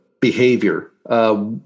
behavior